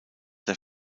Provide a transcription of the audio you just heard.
der